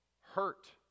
Hurt